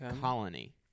colony